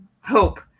hope